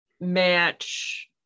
match